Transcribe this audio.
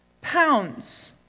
pounds